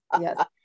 Yes